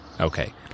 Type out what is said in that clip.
Okay